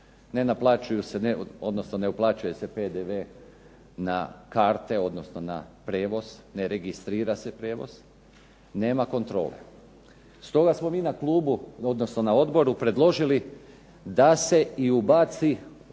Ne uplaćuje se PDV na karte odnosno na prijevoz, ne registrira se prijevoz, nema kontrole. Stoga smo mi na odboru predložili da se i ubaci promjena